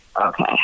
okay